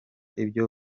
ibyo